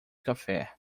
café